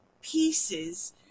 pieces